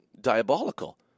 diabolical